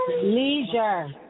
Leisure